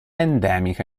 endemica